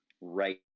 right